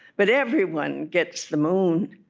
but everyone gets the moon.